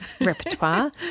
repertoire